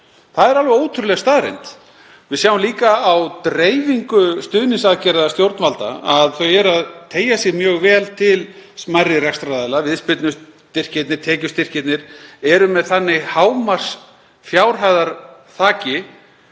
Það er alveg ótrúleg staðreynd. Við sjáum líka á dreifingu stuðningsaðgerða stjórnvalda að þau teygja sig mjög vel til smærri rekstraraðila. Viðspyrnustyrkirnir, tekjustyrkirnir eru með þannig hámarksfjárhæðarþak